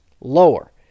lower